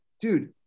dude